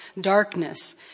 darkness